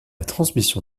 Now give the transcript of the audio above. transmission